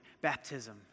baptism